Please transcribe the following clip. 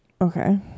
okay